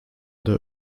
der